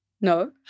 No